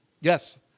Yes